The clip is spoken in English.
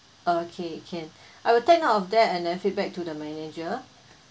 okay can I will take note of that and then feedback to the manager